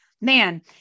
man